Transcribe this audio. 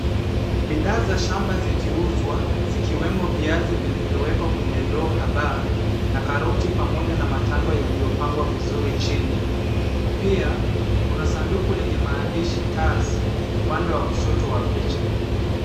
Bidhaa za shamba zikiuzwa, vikiwemo viazi vilivyowekwa kwenye ndoo kadhaa na karoti pamoja na matango yaliyopangwa vizuri chini. Pia kuna sanduku lenye maandishi Tas upande wa kushoto a picha.